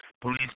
Police